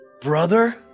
Brother